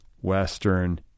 western